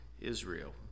Israel